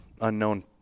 unknown